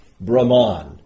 Brahman